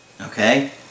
Okay